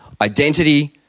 Identity